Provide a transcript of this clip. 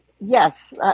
yes